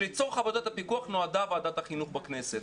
שלצורך עבודת הפיקוח נועדה ועדת החינוך בכנסת.